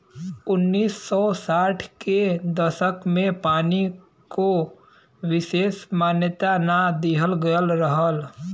उन्नीस सौ साठ के दसक में पानी को विसेस मान्यता ना दिहल गयल रहल